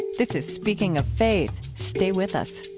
this is speaking of faith. stay with us